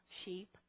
sheep